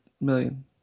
million